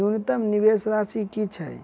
न्यूनतम निवेश राशि की छई?